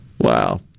Wow